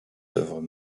œuvres